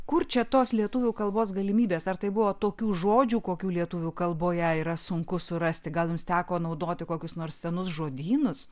kur čia tos lietuvių kalbos galimybės ar tai buvo tokių žodžių kokių lietuvių kalboje yra sunku surasti gal jums teko naudoti kokius nors senus žodynus